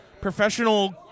professional